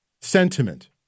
sentiment